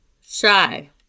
Shy